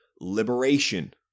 liberation